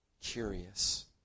curious